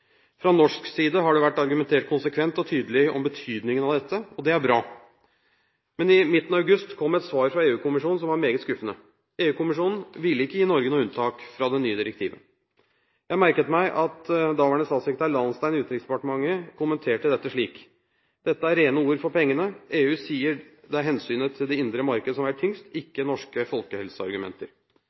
Fra norsk side har det vært argumentert konsekvent og tydelig om betydningen av dette, og det er bra. Men i midten av august kom et svar fra EU-kommisjonen som var meget skuffende. EU-kommisjonen ville ikke gi Norge noe unntak fra det nye direktivet. Jeg merket meg at daværende statssekretær Lahnstein i Utenriksdepartementet kommenterte dette slik: «Dette er rene ord for pengene. EU sier det er hensynet til det indre markedet som veier tyngst, ikke norske folkehelseargumenter.»